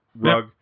rug